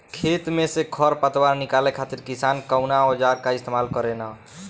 खेत में से खर पतवार निकाले खातिर किसान कउना औजार क इस्तेमाल करे न?